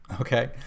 Okay